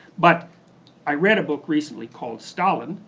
but i read a book recently called stalin,